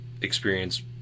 experience